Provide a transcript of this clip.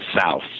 south